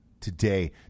today